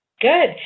Good